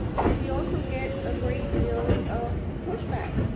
but we also get a great deal of pushback